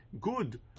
good